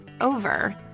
over